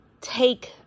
take